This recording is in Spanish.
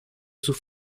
sus